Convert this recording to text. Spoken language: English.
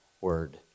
word